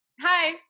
Hi